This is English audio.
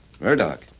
Murdoch